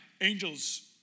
angels